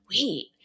wait